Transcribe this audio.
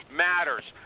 matters